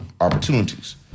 opportunities